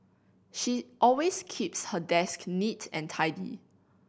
she always keeps her desk neat and tidy